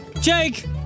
Jake